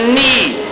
need